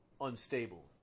unstable